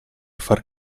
far